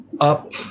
up